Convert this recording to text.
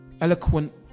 eloquent